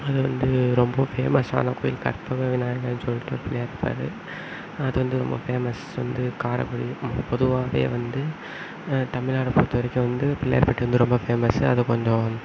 அது வந்து ரொம்ப ஃபேமஸ்சான கோயில் கற்பக விநாயகர்ன்னு சொல்லிட்டு ஒரு பிள்ளையார் இருப்பார் அது வந்து ரொம்ப ஃபேமஸ் வந்து காரைக்குடி பொதுவாகவே வந்து தமிழ்நாடை பொறுத்தவரைக்கும் வந்து பிள்ளையார் பட்டி வந்து ரொம்ப பேமஸ்ஸு அது கொஞ்சம்